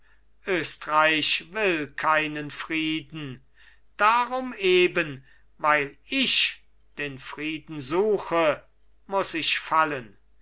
östreich will keinen frieden darum eben weil ich den frieden suche muß ich fallen